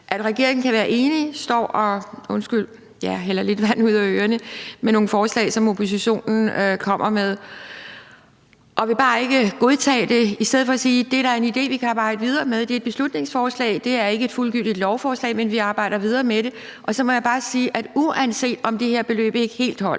at regeringen kan være enige og stå og – undskyld – hælde vand ud af ørerne i forbindelse med nogle forslag, som oppositionen kommer med, og bare ikke vil godtage dem i stedet for at sige: Det er da en idé, vi kan arbejde videre med; det er et beslutningsforslag, det er ikke et fuldgyldigt lovforslag, men vi arbejder videre med det. Så må jeg bare sige, at uanset om det her beløb ikke helt holder